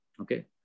Okay